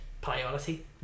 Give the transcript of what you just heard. priority